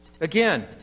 Again